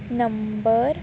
number